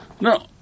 No